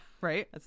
Right